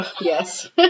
yes